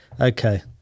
Okay